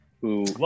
who-